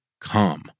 come